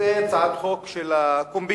זאת הצעת חוק של הקומבינות,